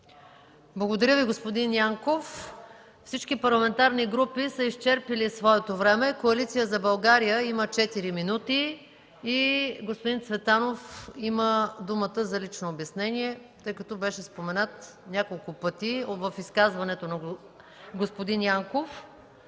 Благодаря Ви, господин Янков. Всички парламентарни групи са изчерпили своето време. Коалиция за България има 4 минути. Господин Цветанов има думата за лично обяснение, тъй като беше споменат няколко пъти в изказването на господин Янков.